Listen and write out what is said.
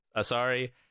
sorry